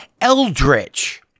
Eldritch